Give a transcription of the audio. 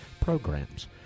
programs